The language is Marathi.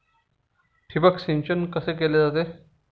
ठिबक सिंचन कसे केले जाते?